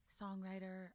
songwriter